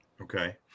okay